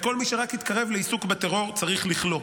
כל מי שרק התקרב לעיסוק בטרור צריך לכלוא.